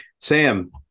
Sam